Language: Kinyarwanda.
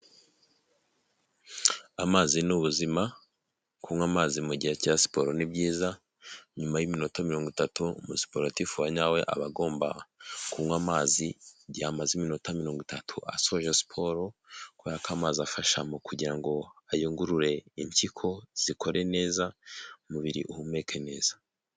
Amazi ni ubuzima kunywa amazi mu gihe cya siporo ni byiza, nyuma y'iminota mirongo itatu umusiporotifu wa nyawe aba agomba kunywa amazi, iyo amaze iminota mirongo itatu asoje siporo kubera ko amazi afasha umubiri kugira ngo ayungurure impyiko zikore neza, umubiri uhumeke neza.